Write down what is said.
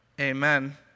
Amen